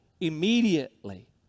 immediately